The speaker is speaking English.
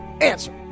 answer